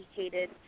educated